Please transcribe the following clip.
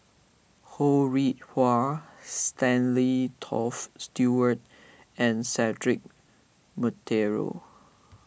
Ho Rih Hwa Stanley Toft Stewart and Cedric Monteiro